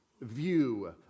view